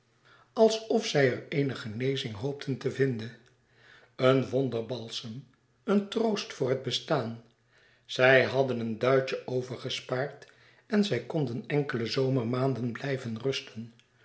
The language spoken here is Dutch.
alsof zij er eene genezing hoopte te vinden een wonderbalsem een troost voor het bestaan zij hadden een duitje overgespaard en zij konden enkele zomermaanden blijven rusten